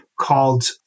called